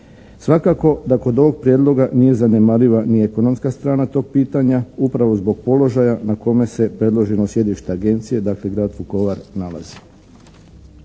Svakako da kod ovog Prijedloga nije zanemariva ni ekonomska strana tog pitanja, upravo zbog položaja na kome se predloženo sjedište Agencije, dakle Grad Vukovar nalazi.